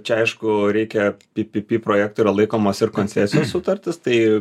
čia aišku reikia ppp projektu yra laikomos ir koncesijos sutartys tai